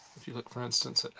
if you look, for instance,